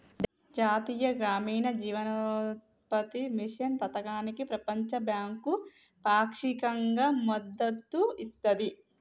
జాతీయ గ్రామీణ జీవనోపాధి మిషన్ పథకానికి ప్రపంచ బ్యాంకు పాక్షికంగా మద్దతు ఇస్తది